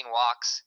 walks